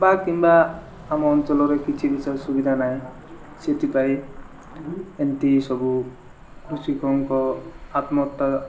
ବା କିମ୍ବା ଆମ ଅଞ୍ଚଲରେ କିଛି ବିଷୟ ସୁବିଧା ନାହିଁ ସେଥିପାଇଁ ଏମତି ସବୁ କୃଷିକଙ୍କ ଆତ୍ମହତ୍ୟା